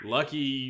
Lucky